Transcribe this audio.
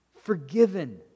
Forgiven